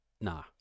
nah